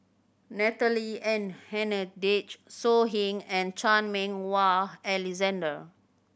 Natalie and Hennedige So Heng and Chan Meng Wah Alexander